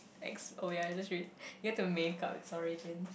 ex oh ya I just read you had to make up it's origins